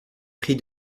prix